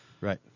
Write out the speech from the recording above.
Right